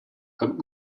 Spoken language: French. comme